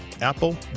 Apple